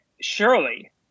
surely